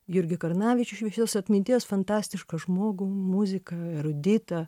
jurgį karnavičių šviesios atminties fantastišką žmogų muziką eruditą